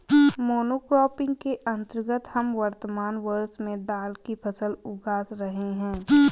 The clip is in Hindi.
मोनोक्रॉपिंग के अंतर्गत हम वर्तमान वर्ष में दाल की फसल उगा रहे हैं